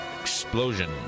Explosion